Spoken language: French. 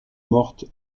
morte